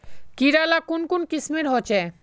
कीड़ा ला कुन कुन किस्मेर होचए?